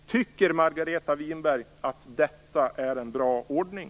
Tycker Margareta Winberg att detta är en bra ordning?